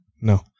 No